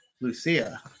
Lucia